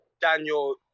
Daniel